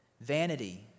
vanity